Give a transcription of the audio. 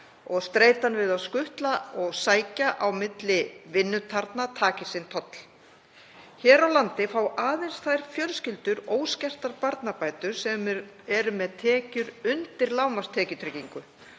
streitan við að skutla og sækja á milli vinnutarna taki sinn toll. Hér á landi fá aðeins þær fjölskyldur óskertar barnabætur sem eru með tekjur undir lágmarkstekjutryggingu